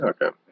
Okay